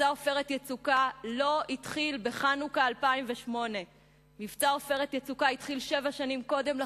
מבצע "עופרת יצוקה" לא התחיל בחנוכה 2008. מבצע "עופרת יצוקה" התחיל שבע שנים קודם לכן,